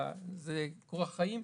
אלא זה כורח חיים,